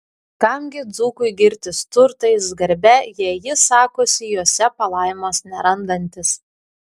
kam gi dzūkui girtis turtais garbe jei jis sakosi juose palaimos nerandantis